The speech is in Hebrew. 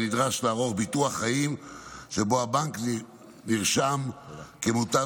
ונדרש לערוך ביטוח חיים שבו הבנק נרשם כמוטב